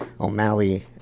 O'Malley